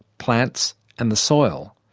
plants and the soil.